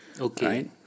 Okay